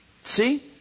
See